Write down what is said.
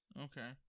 Okay